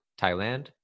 Thailand